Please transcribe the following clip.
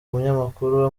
munyamakuru